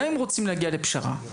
גם אם רוצים להגיע לפשרה,